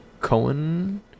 Cohen